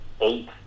eight